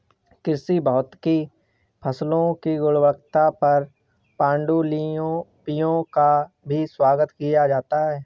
कृषि भौतिकी फसलों की गुणवत्ता पर पाण्डुलिपियों का भी स्वागत किया जाता है